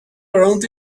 around